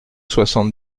soixante